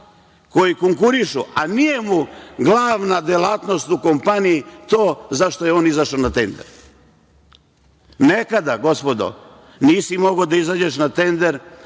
koji konkurišu, a nije mu glavna delatnost u kompaniji to za šta je on izašao na tender. Nekada, gospodo, nisi mogao da izađeš na tender